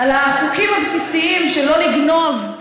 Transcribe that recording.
על החוקים הבסיסיים של "לא לגנוב",